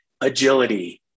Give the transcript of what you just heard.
Agility